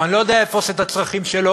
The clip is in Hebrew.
או אני לא יודע איפה הוא עושה את הצרכים שלו,